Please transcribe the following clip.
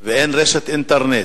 ואין רשת אינטרנט.